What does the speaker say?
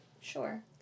Sure